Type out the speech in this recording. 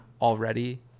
already